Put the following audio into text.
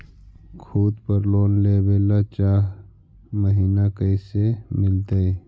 खूत पर लोन लेबे ल चाह महिना कैसे मिलतै?